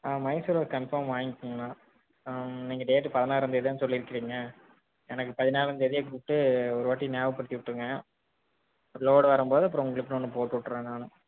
Mysore rose confirm வாங்கிக்கங்கண்ணா நீங்கள் date பதினாறாந்தேதி தான் சொல்லியிருக்கிறீங்க எனக்கு பதினாலாந்தேதியே கூப்பிட்டு ஒரு வாட்டி ஞாபகப்படுத்தி விட்ருங்க லோடு வரும்போது அப்புறம் உங்களுக்குன்னு ஒன்று போட்டு விடுறேன் நான்